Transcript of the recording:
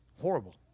horrible